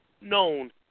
known